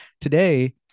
Today